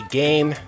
game